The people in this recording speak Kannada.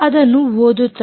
ಅದನ್ನು ಓದುತ್ತದೆ